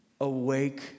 Awake